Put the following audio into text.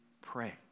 pray